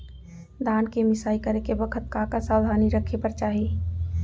धान के मिसाई करे के बखत का का सावधानी रखें बर चाही?